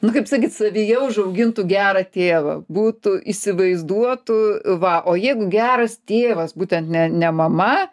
nu kaip sakyt savyje užaugintų gerą tėvą būtų įsivaizduotų va o jeigu geras tėvas būtent ne ne mama